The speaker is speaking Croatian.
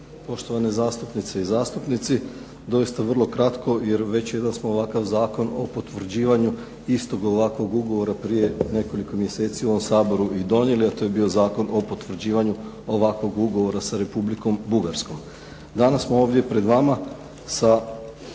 Poštovane zastupnice i zastupnici. Doista vrlo kratko, jer već jedan smo ovakav zakon o potvrđivanju istog ovakvog ugovora prije nekoliko mjeseci u ovom Saboru i donijeli, a to je bio Zakon o potvrđivanju ovakvog ugovora sa Republikom Bugarskom. Danas smo ovdje pred vama sa